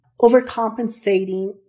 Overcompensating